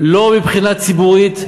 לא מבחינת ציבורית,